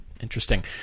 Interesting